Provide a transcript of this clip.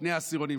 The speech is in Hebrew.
שני העשירונים,